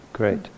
Great